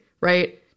right